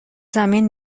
زمین